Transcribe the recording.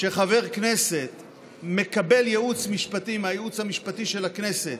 שחבר כנסת מקבל ייעוץ משפטי מהייעוץ המשפטי של הכנסת